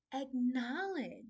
acknowledge